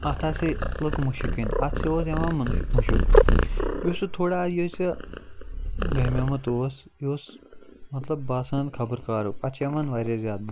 اتھ ہَسا لُکھ مُشِک ہیٚنۍ اتھ اوس یِوان مُشک بیٚیہِ اوس یہِ تھوڑا یِہے سُہ گَرمیومُت اوس یہِ اوس مَطلَب باسان خَبَر کَرُکھ اتھ چھِ یِوان واریاہ زیادٕ مُشک